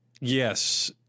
yes